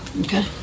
Okay